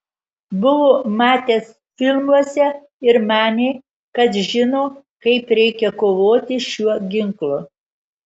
buvo matęs filmuose ir manė kad žino kaip reikia kovoti šiuo ginklu